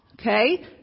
Okay